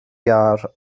iâr